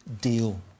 deal